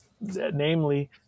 namely